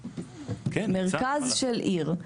מרכז של עיר,